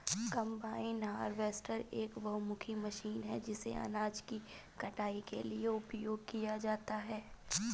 combine harvester एक बहुमुखी machine है जिसे अनाज की कटाई के लिए उपयोग किया जाता है